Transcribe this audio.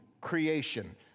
creation